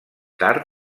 tard